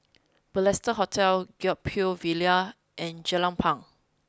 Balestier Hotel Gek Poh Ville and Jelapang